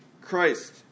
Christ